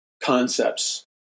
concepts